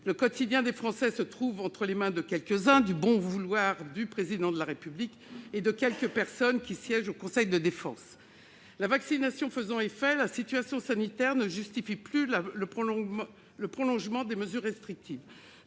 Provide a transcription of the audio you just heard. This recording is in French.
Le quotidien des Français se trouve entre les mains de quelques-uns, du bon vouloir du Président de la République et de quelques personnes qui siègent au conseil de défense. La vaccination faisant effet, la situation sanitaire ne justifie pas le prolongement des mesures restrictives.